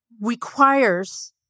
requires